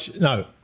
no